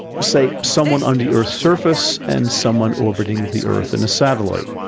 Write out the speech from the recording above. say, someone on the earth's surface and someone orbiting the earth in a satellite